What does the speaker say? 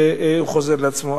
שהוא חוזר לעצמו.